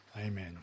Amen